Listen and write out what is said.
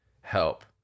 help